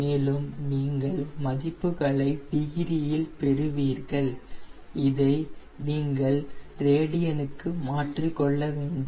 இங்கே நீங்கள் மதிப்புகளை டிகிரியில் பெறுவீர்கள் இதை நீங்கள் ரேடியனுக்கு மாற்றிக்கொள்ள வேண்டும்